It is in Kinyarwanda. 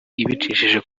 ibicishije